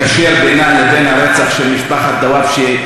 מקשר בינה לבין הרצח של משפחת דוואבשה,